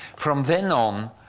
from then on,